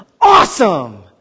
Awesome